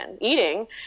eating